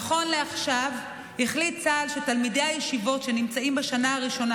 נכון לעכשיו החליט צה"ל שתלמידי הישיבות שנמצאים בשנה הראשונה